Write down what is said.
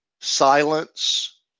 silence